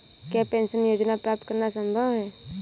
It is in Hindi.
क्या पेंशन योजना प्राप्त करना संभव है?